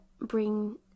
bring